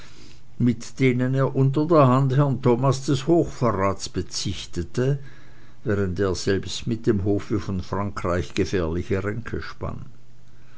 mit denen er unter der hand herrn thomas des hochverrats bezichtete während er selbst mit dem hofe von frankreich gefährliche ränke